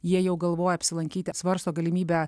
jie jau galvoja apsilankyti svarsto galimybę